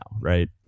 right